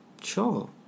sure